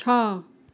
छ